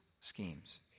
schemes